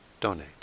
donate